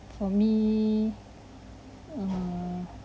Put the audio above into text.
for me err